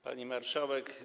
Pani Marszałek!